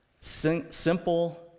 Simple